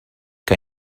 que